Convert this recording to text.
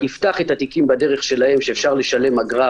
יפתח את התיקים בדרך שלהם כך שאפשר לשלם אגרה